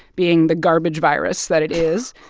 being the garbage virus that it is,